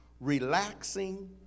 relaxing